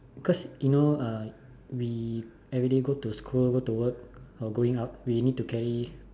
cause you know uh we everyday go to school go to work or going out we need to carry